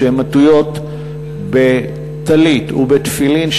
כשהן עטויות בטלית ותפילין,